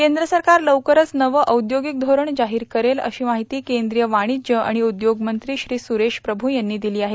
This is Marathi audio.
केंद्र सरकार लवकरच नवं औद्योगिक धोरण जाहीर करेल अशी माहिती केंद्रीय वाणिज्य आणि उद्योग मंत्री श्री सुरेश प्रभू यांनी दिली आहे